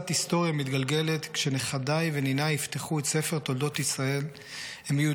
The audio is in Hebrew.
היסטוריה מתגלגלת / כשנכדיי וניניי יפתחו את ספר תולדות ישראל / הם יהיו